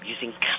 using